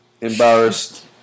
embarrassed